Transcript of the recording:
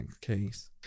case